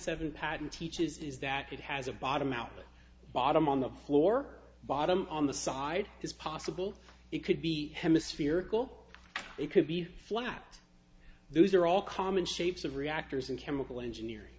seven patent teaches is that it has a bottom out bottom on the floor bottom on the side is possible it could be hemisphere goal it could be flat those are all common shapes of reactors and chemical engineering